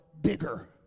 bigger